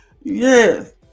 Yes